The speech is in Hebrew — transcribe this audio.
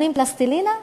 אומרים פלסטלינה?